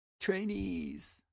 Trainees